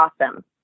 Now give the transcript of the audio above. awesome